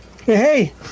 Hey